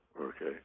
Okay